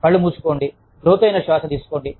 కళ్ళు మూసుకోండి లోతైన శ్వాస తీసుకోండి